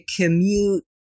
commute